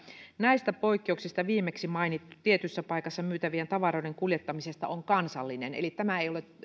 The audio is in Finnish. näistä poikkeuksista viimeksi mainittu tietyssä paikassa myytävien tavaroiden kuljettaminen on kansallinen eli tämä ei